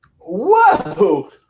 Whoa